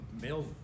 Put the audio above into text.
male